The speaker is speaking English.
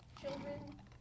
Children